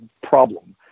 problem